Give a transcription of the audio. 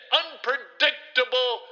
unpredictable